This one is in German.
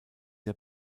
der